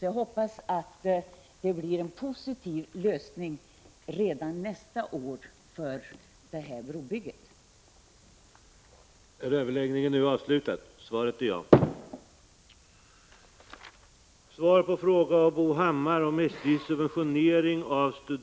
Jag hoppas att det blir en positiv lösning för det här brobygget redan nästa år.